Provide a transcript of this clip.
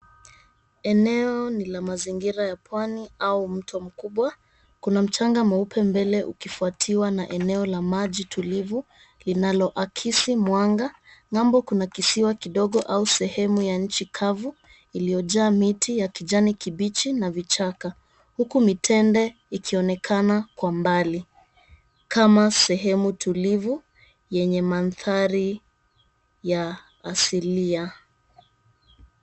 Eneo ni la mazingira ya pwani au mto mkubwa. Kuna mchanga mweupe mbele ukifuatiwa na eneo la maji tulivu linaloakisi mwanga. Ng'ambo kuna kisiwa kidogo au sehemu ya nchi kavu iliyojaa miti ya kijani kibichi na vichaka. Huku mitende ikionekana kwa mbali kama sehemu tulivu yenye mandhari ya asilia.